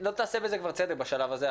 לא תעשה בזה כבר צדק בשלב הזה,